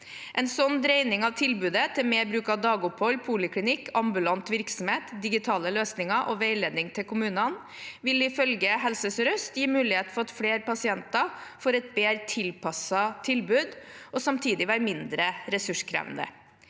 En slik dreining av tilbudet til mer bruk av dagopphold, poliklinikk, ambulant virksomhet, digitale løsninger og veiledning til kommunene vil ifølge Helse sør-øst gi mulighet for at flere pasienter får et bedre tilpasset tilbud, og samtidig være mindre ressurskrevende.